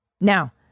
Now